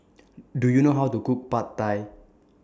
Do YOU know How to Cook Pad Thai